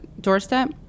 doorstep